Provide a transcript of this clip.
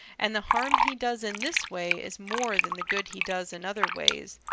and the harm he does in this way is more than the good he does in other ways.